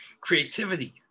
creativity